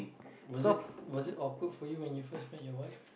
was it was it awkward for you when you first met your wife